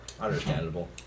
Understandable